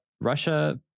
Russia